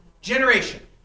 generation